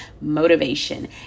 motivation